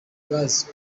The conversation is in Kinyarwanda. gas